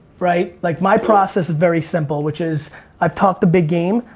right? like, my process is very simple, which is i've talked a big game,